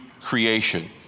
creation